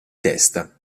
testa